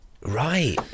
Right